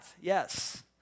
yes